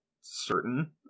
certain